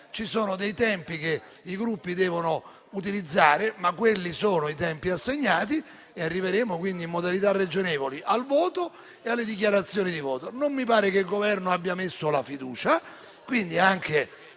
Ci sono dei tempi che i Gruppi devono utilizzare, ma quelli sono i tempi assegnati; arriveremo quindi in modalità ragionevoli al voto e alle dichiarazioni di voto. Non mi pare che il Governo abbia messo la fiducia; quindi chiedere